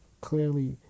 clearly